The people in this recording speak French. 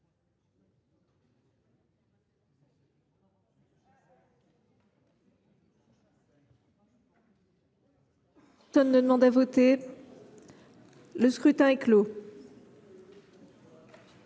Le scrutin est clos.